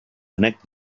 connected